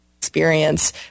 experience